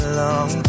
long